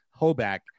Hoback